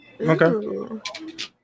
Okay